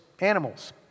animals